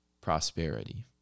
Prosperity